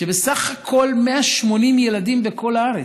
שבסך הכול 180 ילדים בכל הארץ,